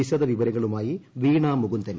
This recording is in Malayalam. വിശദ വിവരങ്ങളുമായി വീണാ മുകുന്ദൻ